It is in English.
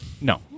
No